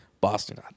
Boston